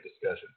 discussion